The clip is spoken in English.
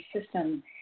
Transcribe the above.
system